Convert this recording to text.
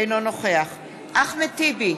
אינו נוכח אחמד טיבי,